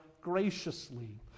graciously